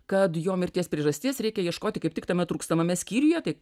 kad jo mirties priežasties reikia ieškoti kaip tik tame trūkstamame skyriuje tai